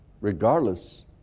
regardless